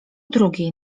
drugiej